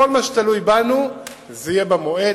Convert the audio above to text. בכל מה שתלוי בנו זה יהיה במועד.